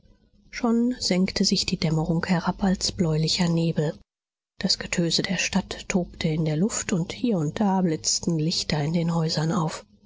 schon senkte sich die dämmerung herab als bläulicher nebel das getöse der stadt tobte in der luft und hier und da blitzten lichter in den häusern auf